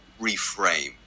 reframe